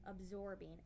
absorbing